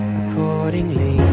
accordingly